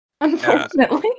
unfortunately